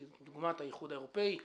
כדוגמת האיחוד האירופאי והאו"ם,